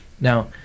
Now